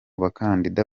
bakandida